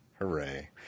Hooray